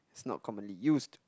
it's not commonly used